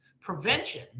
prevention